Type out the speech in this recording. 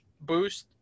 boost